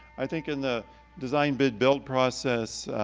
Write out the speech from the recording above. i think in the design-bid-build process,